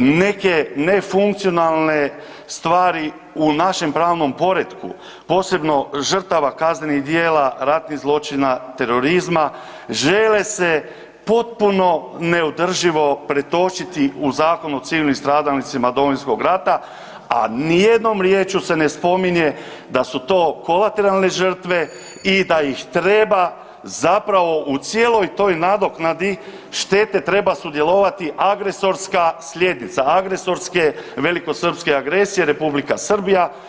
neke nefunkcionalne stvari u našem pravnom poretku, posebno žrtava kaznenih djela, ratnih zločina, terorizma, žele se potpuno neodrživo pretočiti u Zakon o civilnim stradalnicima Domovinskog rata, a nijednom riječju se ne spominje da su to kolateralne žrtve i da ih treba zapravo u cijeloj toj nadoknadi štete treba sudjelovati agresorska sljednica agresorske velikosrpske agresije Republika Srbija.